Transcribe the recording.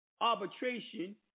arbitration